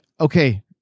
okay